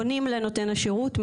פונים לנותן השירות,